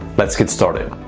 let's get started.